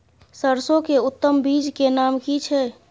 सरसो के उत्तम बीज के नाम की छै?